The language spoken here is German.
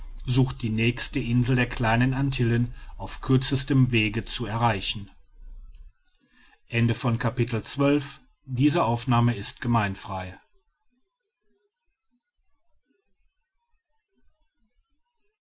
sucht die nächste insel der kleinen antillen auf kürzestem wege zu erreichen